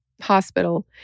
hospital